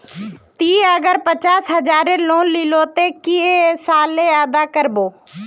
ती अगर पचास हजारेर लोन लिलो ते कै साले अदा कर बो?